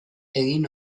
egin